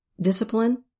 discipline